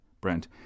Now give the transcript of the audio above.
Brent